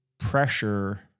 pressure